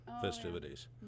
festivities